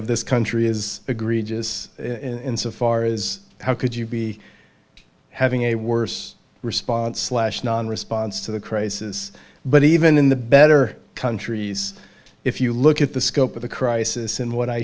of this country is agreed just in so far as how could you be having a worse response slash non response to the crisis but even in the better countries if you look at the scope of the crisis and what i